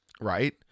Right